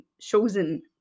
Chosen